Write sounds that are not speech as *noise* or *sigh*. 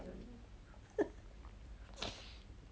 *laughs*